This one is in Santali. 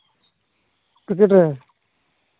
ᱫᱩᱥᱚ ᱴᱟᱠᱟ